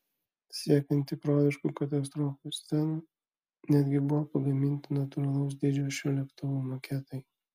siekiant tikroviškų katastrofų scenų netgi buvo pagaminti natūralaus dydžio šių lėktuvų maketai